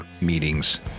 meetings